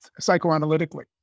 psychoanalytically